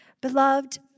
Beloved